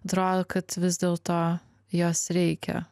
atrodo kad vis dėlto jos reikia